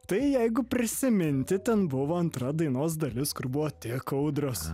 tai jeigu prisiminti ten buvo antra dainos dalis kur buvo tiek audros